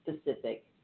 specific